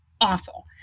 awful